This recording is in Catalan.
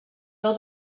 veu